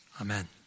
Amen